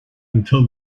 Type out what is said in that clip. until